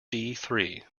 three